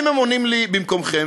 אם הם עונים לי: במקומכם,